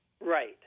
Right